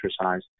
exercise